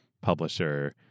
publisher